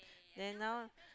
then now